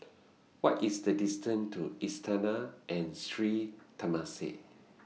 What IS The distance to Istana and Sri Temasek